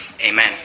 Amen